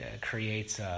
creates